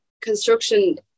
construction